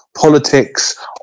politics